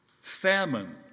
Famine